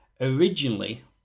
Originally